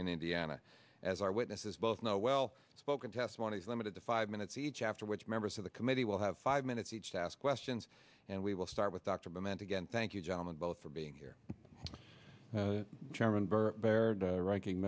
in indiana as our witnesses both know well spoken testimony is limited to five minutes each after which members of the committee will have five minutes each to ask questions and we will start with dr ben and again thank you gentlemen both for being here chairman